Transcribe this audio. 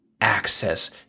access